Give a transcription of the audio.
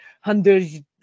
hundreds